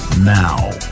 Now